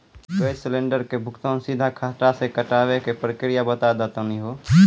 Gas cylinder के भुगतान सीधा खाता से कटावे के प्रक्रिया बता दा तनी हो?